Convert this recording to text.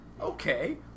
Okay